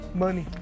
money